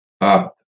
up